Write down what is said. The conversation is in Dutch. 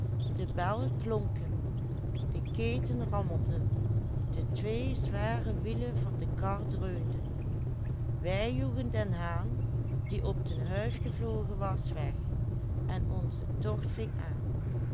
wij joegen den haan die op de huif gevlogen was weg en onze tocht ving aan